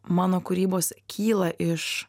mano kūrybos kyla iš